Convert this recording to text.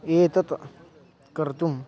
एतत् कर्तुम्